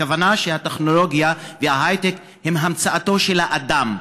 הכוונה היא שהטכנולוגיה וההייטק הם המצאתו של האדם.